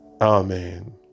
Amen